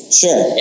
sure